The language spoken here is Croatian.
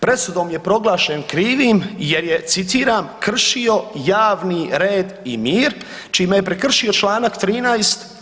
Presudom je proglašen krivim jer je citiram „Kršio javni red i mir, čime je prekršio čl. 13.